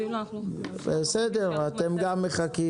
אתם מחכים,